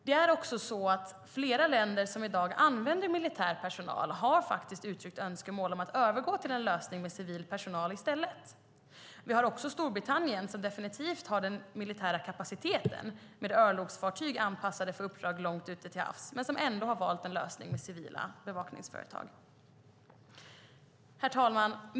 Det är också så att flera länder som i dag använder militär personal har uttryckt önskemål om att övergå till en lösning med civil personal i stället. Vi har också Storbritannien, som definitivt har den militära kapaciteten med örlogsfartyg anpassade för uppdrag långt ute till havs men som ändå har valt en lösning med civila bevakningsföretag. Herr talman!